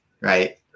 right